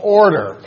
order